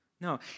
No